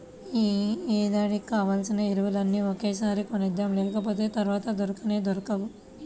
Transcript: యీ ఏడాదికి కావాల్సిన ఎరువులన్నీ ఒకేసారి కొనేద్దాం, లేకపోతె తర్వాత దొరకనే దొరకవు